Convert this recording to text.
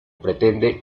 pretende